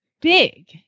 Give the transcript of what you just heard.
big